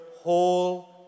whole